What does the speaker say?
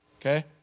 okay